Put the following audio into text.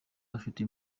bafite